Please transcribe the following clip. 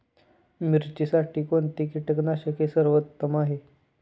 मिरचीसाठी कोणते कीटकनाशके सर्वोत्तम आहे?